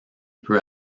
peu